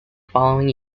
following